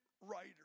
writer